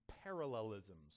parallelisms